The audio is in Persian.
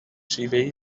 شیوهای